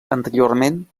anteriorment